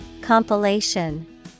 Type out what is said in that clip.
Compilation